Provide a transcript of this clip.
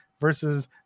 versus